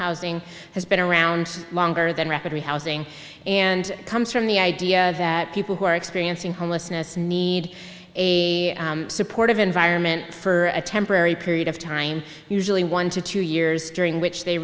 housing has been around longer than rapidly housing and comes from the idea that people who are experiencing homelessness need a supportive environment for a temporary period of time usually one to two years during which they